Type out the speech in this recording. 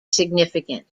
significant